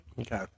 Okay